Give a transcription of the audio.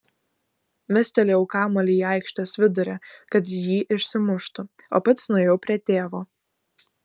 mestelėjau kamuolį į aikštės vidurį kad jį išsimuštų o pats nuėjau prie tėvo